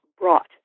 brought